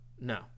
No